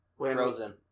Frozen